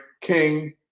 King